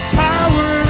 power